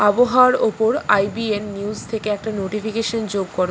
আবহাওয়ার ওপর IBN news থেকে একটা নোটিফিকেশান যোগ করো